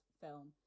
film